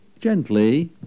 Gently